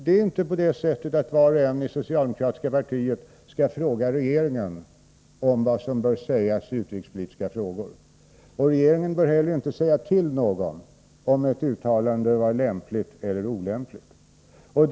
Det är inte så att var och en i det socialdemokratiska partiet måste fråga regeringen vad han eller hon får säga i utrikespolitiska frågor. Regeringen bör inte heller säga till någon om ett uttalande var lämpligt eller olämpligt.